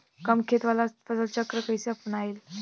कम खेत वाला फसल चक्र कइसे अपनाइल?